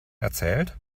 erzählt